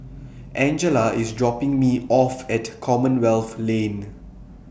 Angella IS dropping Me off At Commonwealth Lane